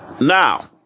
Now